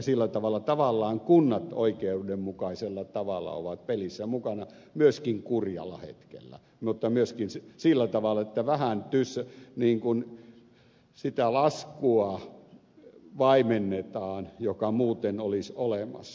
sillä tavalla tavallaan kunnat oikeudenmukaisella tavalla ovat pelissä mukana myöskin kurjalla hetkellä mutta myöskin sillä tavalla että vähän sitä laskua vaimennetaan joka muuten olisi olemassa